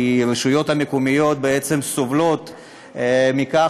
כי הרשויות המקומיות בעצם סובלות מכך